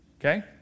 okay